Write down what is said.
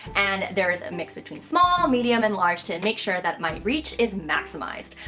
and there is a mix between small, medium, and large to and make sure that my reach is maximized.